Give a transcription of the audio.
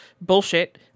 bullshit